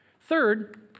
Third